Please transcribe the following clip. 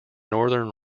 northern